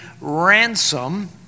ransom